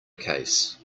case